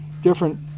different